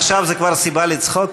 עכשיו זה כבר סיבה לצחוקים?